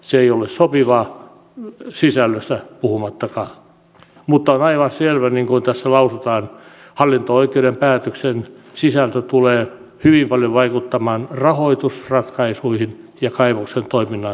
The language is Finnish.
se ei ole sopivaa sisällöstä puhumattakaan mutta on aivan selvä niin kuin tässä lausutaan että hallinto oikeuden päätöksen sisältö tulee hyvin paljon vaikuttamaan rahoitusratkaisuihin ja kaivoksen toiminnan tulevaisuuteen